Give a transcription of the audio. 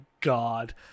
God